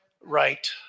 right